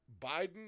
Biden